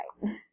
right